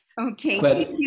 okay